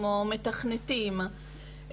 כמו מתכנתים,